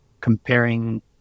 comparing